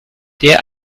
der